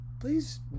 Please